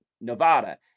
Nevada